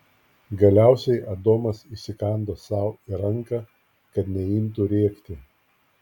galiausiai adomas įsikando sau į ranką kad neimtų rėkti